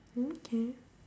mm K